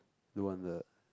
no wonder